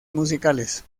musicales